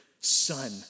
son